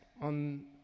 on